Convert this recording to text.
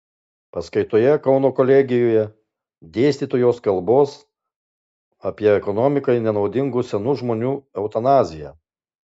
paskaitoje kauno kolegijoje dėstytojos kalbos apie ekonomikai nenaudingų senų žmonių eutanaziją